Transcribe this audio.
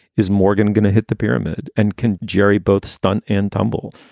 is morgan going to hit the pyramid and can jerry both stun and tumble?